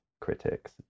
critics